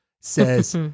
says